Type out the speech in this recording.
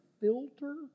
filter